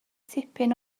tipyn